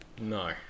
no